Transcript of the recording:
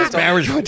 marriage